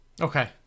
Okay